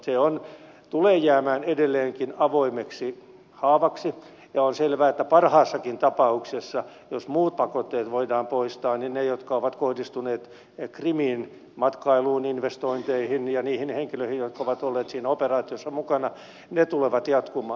se tulee jäämään edelleenkin avoimeksi haavaksi ja on selvää että parhaassakin tapauksessa jos muut pakotteet voidaan poistaa niin ne jotka ovat kohdistuneet krimiin matkailuun investointeihin ja niihin henkilöihin jotka ovat olleet siinä operaatiossa mukana tulevat jatkumaan